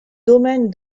domaine